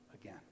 again